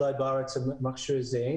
אולי בארץ אין מכשיר כזה,